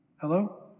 Hello